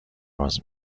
باز